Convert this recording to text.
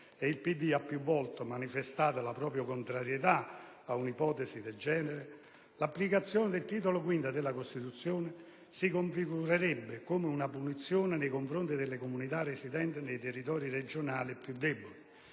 e il PD ha più volte manifestato la propria contrarietà ad un'ipotesi del genere - l'applicazione del Titolo V della Costituzione si configurerebbe come una punizione nei confronti delle comunità residenti nei territori regionali più deboli.